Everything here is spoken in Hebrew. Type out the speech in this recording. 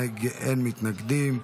אין מתנגדים,